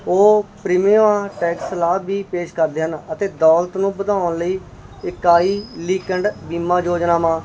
ਉਹ ਪ੍ਰੀਮੀਅਮਾਂ ਟੈਕਸ ਲਾਭ ਵੀ ਪੇਸ਼ ਕਰਦੇ ਹਨ ਅਤੇ ਦੌਲਤ ਨੂੰ ਵਧਾਉਣ ਲਈ ਇਕਾਈ ਲੀਕਐਂਡ ਬੀਮਾ ਯੋਜਨਾਵਾਂ